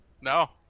No